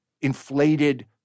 inflated